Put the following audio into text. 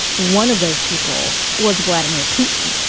one of those people was vladimir putin.